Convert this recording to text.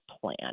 plan